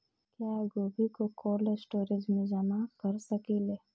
क्या गोभी को कोल्ड स्टोरेज में जमा कर सकिले?